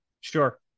Sure